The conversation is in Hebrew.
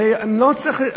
הרי אני לא מצליח,